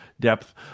depth